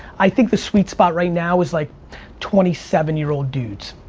i think the sweet spot right now is like twenty seven year old dudes.